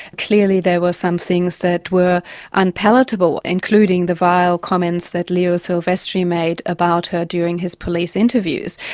clearly there were some things that were unpalatable, including the vile comments that leo silvestri made about her during his police interviews.